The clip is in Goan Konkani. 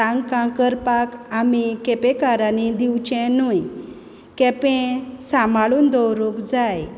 तांकां करपाक आमी केपेंकारांनी दिवचें न्हू केपें सांबाळून दवरूंक जाय